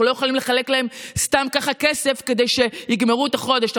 אנחנו לא יכולים לחלק להם סתם ככה כסף כדי שיגמרו את החודש.